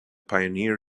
pioneer